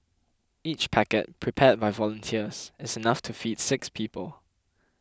each packet prepared by volunteers is enough to feed six people